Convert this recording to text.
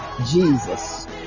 Jesus